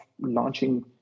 launching